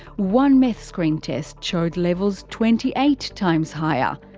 one meth screen test showed levels twenty eight times higher.